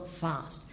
fast